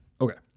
Okay